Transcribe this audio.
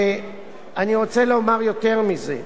אני רוצה לומר יותר מזה: